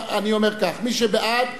אני אומר כך: מי שבעד,